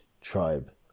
tribe